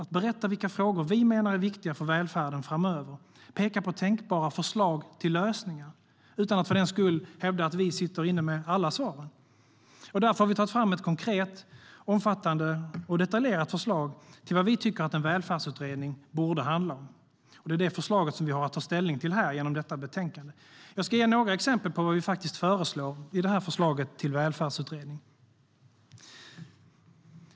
Vi berättar vilka frågor vi menar är viktiga för välfärden framöver och pekar på tänkbara förslag till lösningar - utan att för den skull hävda att vi sitter inne med alla svaren. Därför har vi tagit fram ett konkret, omfattande och detaljerat förslag till vad vi tycker att en välfärdsutredning borde handla om. Det är det förslaget vi har att ta ställning till genom detta betänkande, och jag ska ge några exempel på vad vi faktiskt tar upp i vårt förslag till välfärdsutredning.